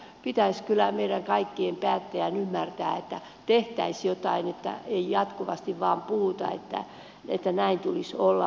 pitäisi kyllä meidän kaikkien päättäjien ymmärtää että tehtäisiin jotain ettei jatkuvasti vain puhuta että näin tulisi olla